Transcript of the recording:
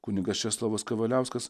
kunigas česlovas kavaliauskas